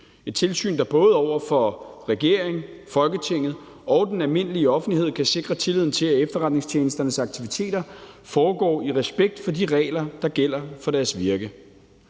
et tilsyn, der både over for regeringen, Folketinget og den almindelige offentlighed kan sikre tilliden til, at efterretningstjenesternes aktiviteter foregår i respekt for de regler, der gælder for deres virke.